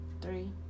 three